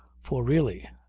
for really,